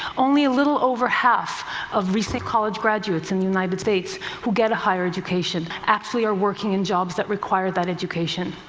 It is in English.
only a little over half of recent college graduates in the united states who get a higher education actually are working in jobs that require that education.